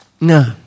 No